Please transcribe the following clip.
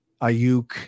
Ayuk